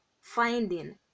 finding